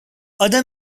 other